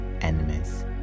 enemies